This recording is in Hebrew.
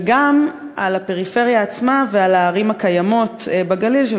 על השטחים הפתוחים בגליל וגם על הפריפריה עצמה ועל הערים הקיימות בגליל,